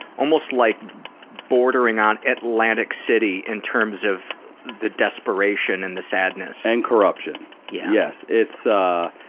almost like bordering on atlantic city in terms of the desperation and the sadness. and corruption. yeah yes. it's, ah,